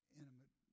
intimate